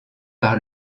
par